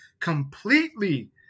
completely